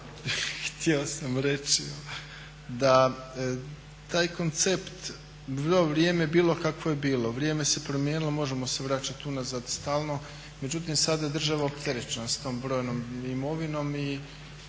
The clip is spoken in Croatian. Htio sam reći da taj koncept to je bilo vrijeme kakvo je bilo. Vrijeme se promijenilo, možemo se vraćati unazad stalno međutim sad je država opterećena s tom brojnom imovinom i